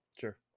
sure